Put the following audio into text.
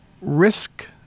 risk